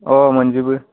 अ मोनजोबो